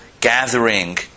gathering